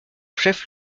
chef